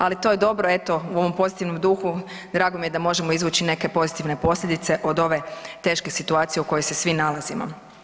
Ali to je dobro eto u ovom pozitivnom duhu drago mi je da možemo izvući neke pozitivne posljedice od ove teške situacije u kojoj se svi nalazimo.